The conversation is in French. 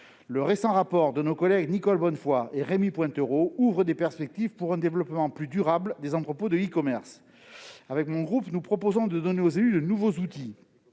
Le récent rapport de nos collègues Nicole Bonnefoy et Rémy Pointereau esquisse des perspectives pour un développement plus durable des entrepôts de e-commerce. Avec mon groupe, nous proposons de confier de nouveaux outils